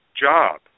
job